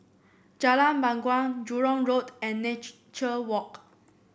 Jalan Bangau Jurong Road and Nature Walk